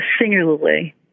singularly